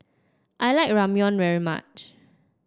I like Ramyeon very much